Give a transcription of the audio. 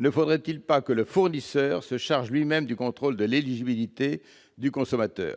ne faudrait-il pas que le fournisseur se charge lui-même du contrôle de l'éligibilité du consommateur ?